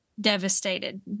devastated